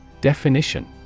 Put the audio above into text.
Definition